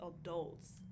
adults